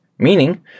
meaning